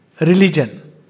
religion